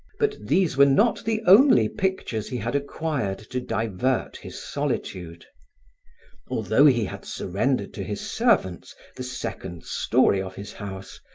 but these were not the only pictures he had acquired to divert his solitude although he had surrendered to his servants the second story of his house,